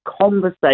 conversation